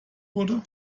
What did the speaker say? wurde